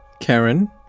Karen